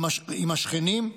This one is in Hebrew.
עם השכנים.